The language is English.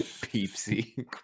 Peepsy